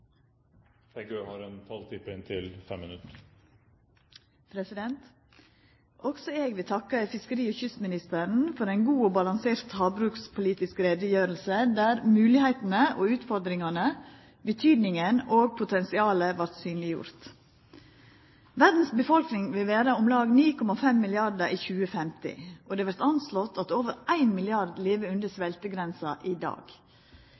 Også eg vil takka fiskeri- og kystministeren for ei god og balansert havbrukspolitisk utgreiing der moglegheitene og utfordringane, betydinga og potensialet vart synleggjorde. Verdas befolkning vil vera på om lag 9,5 milliardar i 2050, og det vert anslått at over 1 milliard lever under sveltegrensa i dag.